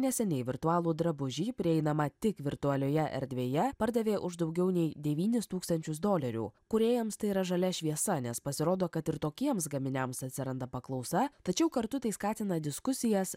neseniai virtualų drabužį prieinamą tik virtualioje erdvėje pardavė už daugiau nei devynis tūkstančius dolerių kūrėjams tai yra žalia šviesa nes pasirodo kad ir tokiems gaminiams atsiranda paklausa tačiau kartu tai skatina diskusijas